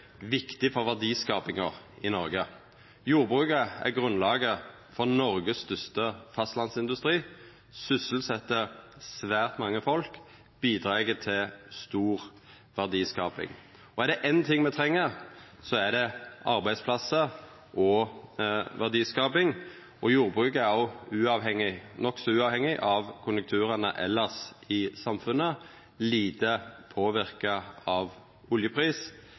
viktig for verdiskapinga i Noreg. Jordbruket er grunnlaget for Noregs største fastlandsindustri, sysselset svært mange folk, bidreg til stor verdiskaping. Og er det ein ting me treng, er det arbeidsplassar og verdiskaping. Jordbruket er nokså uavhengig av konjunkturane elles i samfunnet og lite påverka av oljepris,